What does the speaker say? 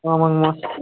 ஆமாங்கம்மா